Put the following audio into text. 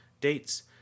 dates